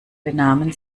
benahmen